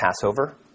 Passover